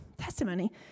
testimony